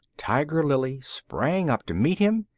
tiger lily sprang up to meet him,